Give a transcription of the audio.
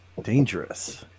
dangerous